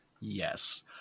Yes